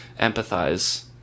empathize